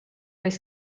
was